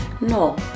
No